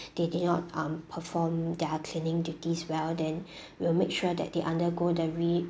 they did not um perform their cleaning duties well then we will make sure that they undergo the re~